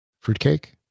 Fruitcake